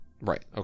Right